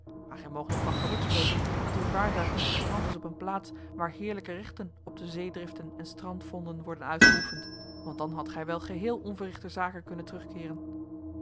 maar gij moogt nog van geluk spreken dat uw vaartuig niet gestrand is op een plaats waar heerlijke rechten op de zeedriften en strandvonden worden uitgeoefend want dan hadt gij wel geheel onverrichterzake kunnen terugkeeren